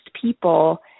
people